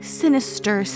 sinister